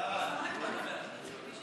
1 נתקבלה.